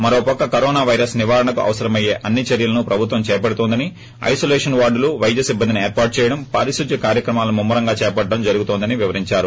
మరోపక్క corona virus నివారణకు అవసరమయ్యే అన్ని చర్యలను ప్రభుత్వం చేపడుతోందని ఐనోలేషన్ వార్డులు వైద్య సిబ్బందిని ఏర్పాటు చేయడం పారిశుధ్య కార్యక్రమాలను ముమ్మరంగా చేయడం జరుగుతోందని వివరించారు